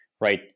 right